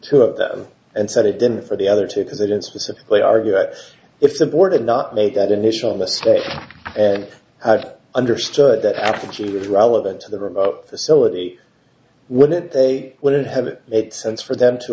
two of them and said it didn't for the other two because they didn't specifically argue that it's important not make that initial mistake had understood that actually was relevant to the remote facility wouldn't they would it have made sense for them to